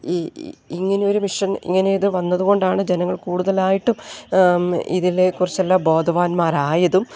ഈ ഇങ്ങനെ ഒരു മിഷൻ ഇങ്ങനെ ഇതു വന്നതു കൊണ്ടാണ് ജനങ്ങൾ കൂടുതലായിട്ടും ഇതിനെ കുറിച്ചുള്ള ബോധവാന്മാരായതും